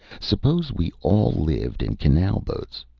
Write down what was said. suppose we all lived in canal-boats?